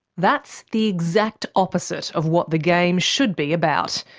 that's the exact opposite of what the game should be about,